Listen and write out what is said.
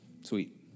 Sweet